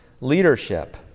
leadership